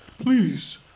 Please